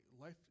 life